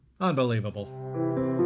Unbelievable